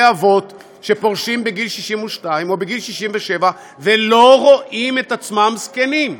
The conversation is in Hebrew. אבות שפורשים בגיל 62 או בגיל 67 ולא רואים את עצמם זקנים,